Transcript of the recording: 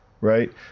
right